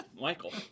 Michael